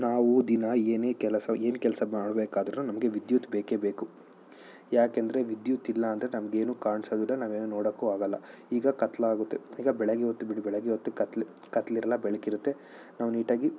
ನಾವು ದಿನ ಏನೇ ಕೆಲಸ ಏನೂ ಕೆಲಸ ಮಾಡಬೇಕಾದ್ರು ನಮಗೆ ವಿದ್ಯುತ್ ಬೇಕೇ ಬೇಕು ಯಾಕೆಂದ್ರೆ ವಿದ್ಯುತ್ ಇಲ್ಲ ಅಂದರೆ ನಮಗೇನೂ ಕಾಣಿಸೋದಿಲ್ಲ ನಾವೇನು ನೋಡೋಕ್ಕೂ ಆಗೋಲ್ಲ ಈಗ ಕತ್ತಲಾಗುತ್ತೆ ಈಗ ಬೆಳಿಗ್ಗೆ ಹೊತ್ತು ಬಿಡಿ ಬೆಳಿಗ್ಗೆ ಹೊತ್ತು ಕತ್ಲು ಕತ್ಲಿರೊಲ್ಲ ಬೆಳಕಿರುತ್ತೆ ನಾವು ನೀಟಾಗಿ